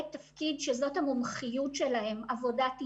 תפקידים שזאת המומחיות שלהם עבודת איתור,